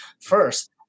first